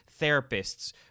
therapists